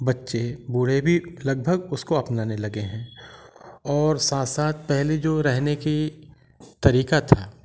बच्चे बूढ़े भी लगभग उसको अपनाने लगे हैं और साथ साथ पहले जो रहने की तरीका था